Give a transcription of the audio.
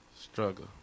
struggle